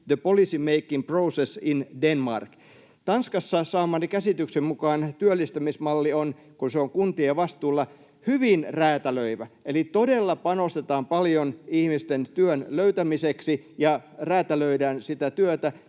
The Policy Making Process in Denmark”. Saamani käsityksen mukaan Tanskassa työllistämismalli on — kun se on kuntien vastuulla — hyvin räätälöivä. Eli todella panostetaan paljon ihmisten työn löytämiseksi ja räätälöidään sitä työtä,